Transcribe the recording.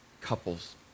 couples